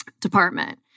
department